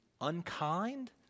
unkind